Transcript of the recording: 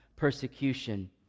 persecution